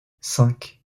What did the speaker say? cinq